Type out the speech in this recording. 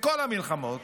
בכל המלחמות,